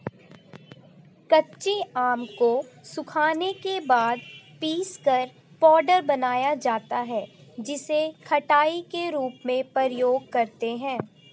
कच्चे आम को सुखाने के बाद पीसकर पाउडर बनाया जाता है जिसे खटाई के रूप में प्रयोग करते है